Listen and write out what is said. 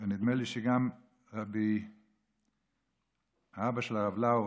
ונדמה לי שגם האבא של הרב לאו,